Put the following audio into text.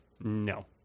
No